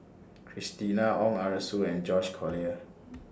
Christina Ong Arasu and George Collyer